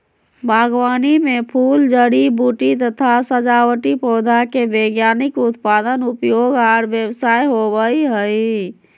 बागवानी मे फूल, जड़ी बूटी तथा सजावटी पौधा के वैज्ञानिक उत्पादन, उपयोग आर व्यवसाय होवई हई